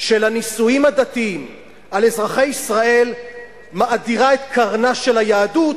של הנישואים הדתיים על אזרחי ישראל מאדירה את קרנה של היהדות,